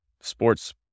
sports